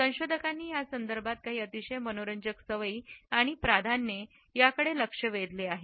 संशोधकांनी या संदर्भात काही अतिशय मनोरंजक सवयी आणि प्राधान्ये याकडे लक्ष वेधले आहे